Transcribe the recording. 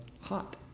hot